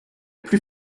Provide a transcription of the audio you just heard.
plus